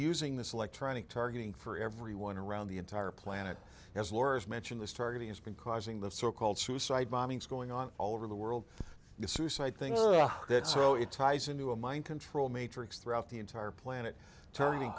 using this electronic targeting for everyone around the entire planet as lor's mentioned this targeting has been causing the so called suicide bombings going on all over the world the suicide thing that so it ties into a mind control matrix throughout the entire planet turning